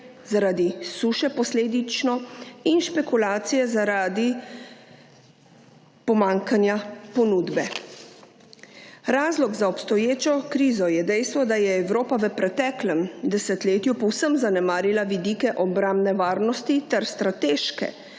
zaradi suše posledično in špekulacije zaradi pomanjkanja ponudbe. Razlog za obstoječo krizo je dejstvo, da je Evropa v preteklem desetletju povsem zanemarila vidike obrambne varnosti ter strateške